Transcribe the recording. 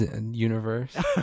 universe